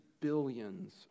billions